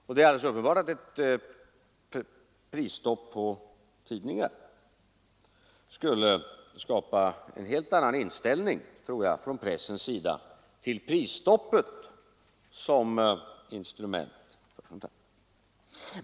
Det är alldeles uppenbart att ett prisstopp på tidningar skulle skapa en helt annan inställning från pressens sida till prisstoppet som instrument i politiken.